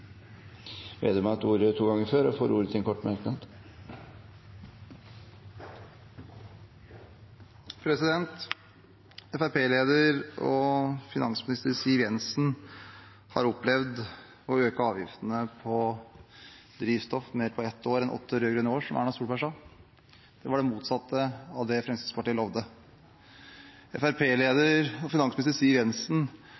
Vedum har hatt ordet to ganger tidligere og får ordet til en kort merknad, begrenset til 1 minutt. Fremskrittparti-leder og finansminister Siv Jensen har opplevd å øke avgiftene på drivstoff mer på ett år enn det som skjedde på åtte rød-grønne år, som Erna Solberg sa. Det var det motsatte av det Fremskrittspartiet